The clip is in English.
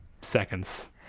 seconds